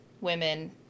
women